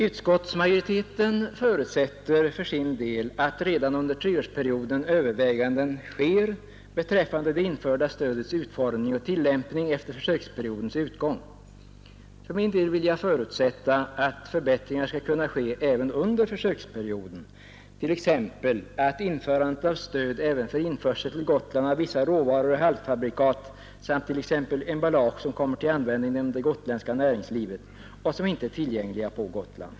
Utskottsmajoriteten förutsätter för sin del att redan under treårsperioden överväganden sker beträffande det införda stödets utformning och tillämpning efter försöksperiodens utgång. För min del vill jag förutsätta att förbättringar skall kunna ske även under försöksperioden, t.ex. införade av stöd även för införsel till Gotland av vissa råvaror och halvfabrikat samt emballage som kommer till användning inom det gotländska näringslivet och som inte är tillgängligt på Gotland.